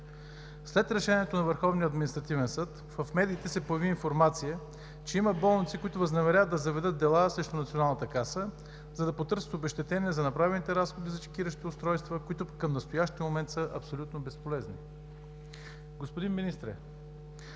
След решението на Върховния административен съд в медиите се появи информация, че има болници, които възнамеряват да заведат дела срещу Националната каса, за да потърсят обезщетение за направените разходи за чекиращи устройства, които към настоящия момент са абсолютно безполезни. Господин Министре,